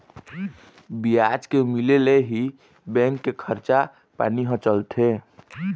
बियाज के मिले ले ही बेंक के खरचा पानी ह चलथे